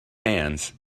hands